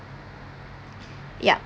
ya